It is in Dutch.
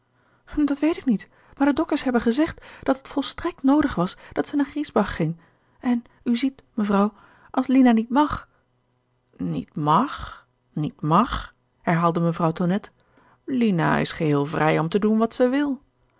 dat weet ik niet maar de dokters hebben gezegd dat het volstrekt noodig was dat zij naar griesbach ging en u ziet mevrouw als lina niet mag niet mag niet mag herhaalde mevrouw tonnette lina is geheel vrij om te doen wat zij wil